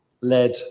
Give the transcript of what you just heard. led